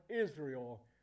Israel